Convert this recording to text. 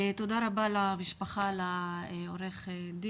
תודה רבה למשפחה, לעו"ד.